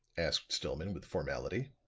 asked stillman with formality.